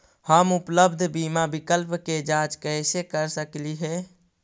हम उपलब्ध बीमा विकल्प के जांच कैसे कर सकली हे?